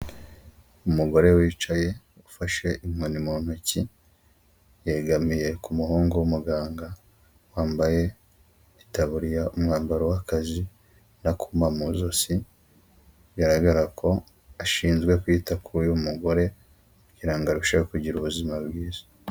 Umugore wicaye ,ufashe inkoni mu ntoki, yegamiye ku muhungu w'umuganga wambaye itaburiya umwambaro w'akazi n'akuma mu ijosi, bigaragara ko ashinzwe kwita kuri uyu mugore, kugira ngo arusheho kugira ubuzima bwiza